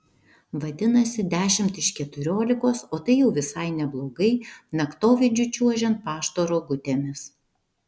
vadinasi dešimt iš keturiolikos o tai jau visai neblogai naktovidžiu čiuožiant pašto rogutėmis